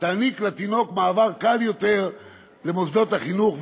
תעניק לתינוק מעבר קל יותר למוסדות החינוך",